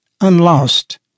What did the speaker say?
unlost